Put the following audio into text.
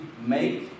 make